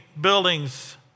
buildings